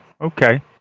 okay